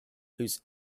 whose